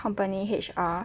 company H_R